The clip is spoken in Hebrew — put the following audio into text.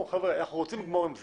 אנחנו רוצים לגמור עם זה.